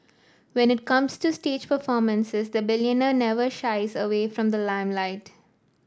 when it comes to stage performances the billionaire never shies away from the limelight